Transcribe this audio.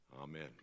amen